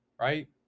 right